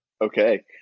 Okay